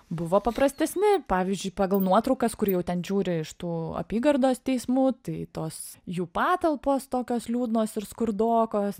buvo paprastesni pavyzdžiui pagal nuotraukas kur jau ten žiūri iš tų apygardos teismų tai tos jų patalpos tokios liūdnos ir skurdokos